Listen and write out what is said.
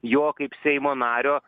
jo kaip seimo nario